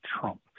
Trump